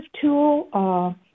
tool